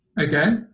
okay